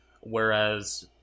whereas